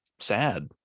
sad